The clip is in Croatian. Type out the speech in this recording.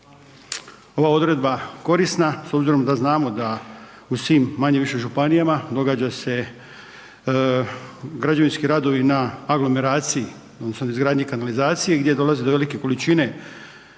ova odredba korisna s obzirom da znamo da u svim manje-više županijama događa se građevinski radovi na aglomeraciji odnosno izgradnji kanalizacije gdje dolazi do velike količine